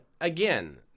again